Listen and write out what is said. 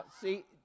See